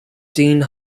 deane